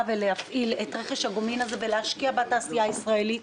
ולהפעיל את רכש הגומלין הזה ולהשקיע בתעשייה הישראלית.